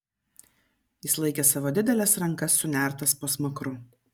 jis laikė savo dideles rankas sunertas po smakru